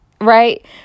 right